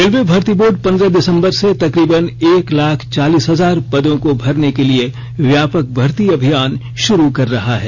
railway भर्ती board पन्द्रह दिसम्बर से तकरीबन एक लाख चालीस हाजर पदों को भरने के लिए व्यापक भर्ती अभियान शुरू कर रहा है